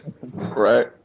right